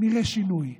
יהיה שינוי.